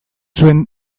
zuen